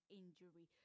injury